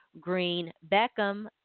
Green-Beckham